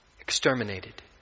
exterminated